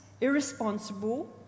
irresponsible